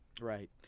Right